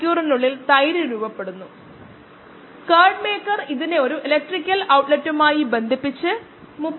വിഷവസ്തു enzyme പ്രതിപ്രവർത്തനത്തിനുള്ള substrate ആണ് അതിനാൽ നമുക്ക് t വേഴ്സസ് s ഉണ്ട്